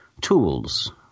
tools